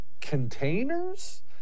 containers